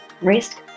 risk